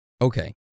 okay